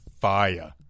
fire